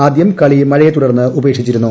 ആദ്യകളി മഴയെത്തുടർന്ന് ഉപേക്ഷിച്ചിരുന്നു